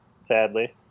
Sadly